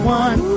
one